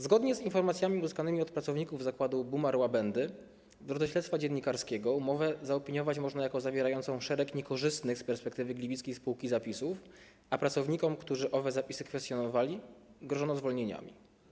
Zgodnie z informacjami uzyskanymi od pracowników zakładu Bumar-Łabędy w drodze śledztwa dziennikarskiego umowę zaopiniować można jako zawierającą szereg niekorzystnych z perspektywy gliwickiej spółki zapisów, a pracownikom, którzy owe zapisy kwestionowali, grożono zwolnieniami.